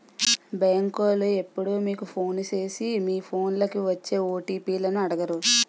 బేంకోలు ఎప్పుడూ మీకు ఫోను సేసి మీ ఫోన్లకి వచ్చే ఓ.టి.పి లను అడగరు